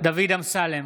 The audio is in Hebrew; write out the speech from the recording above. דוד אמסלם,